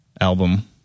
album